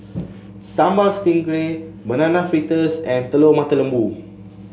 Sambal Stingray Banana Fritters and Telur Mata Lembu